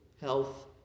health